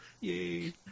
Yay